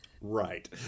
Right